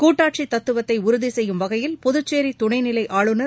கூட்டாட்சி தத்துவத்தை உறுதி செய்யும் வகையில் புதுச்சேரி துணை நிலை ஆளுநர்